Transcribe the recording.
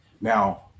Now